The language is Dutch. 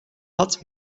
had